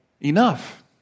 enough